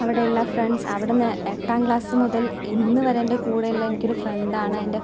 അവിടെയുള്ള ഫ്രണ്ട്സ് അവിടന്ന് എട്ടാം ക്ലാസ്സു മുതൽ ഇന്നുവരെൻ്റെ കൂടെയുള്ള എനിക്കൊരു ഫ്രണ്ടാണ് എൻ്റെ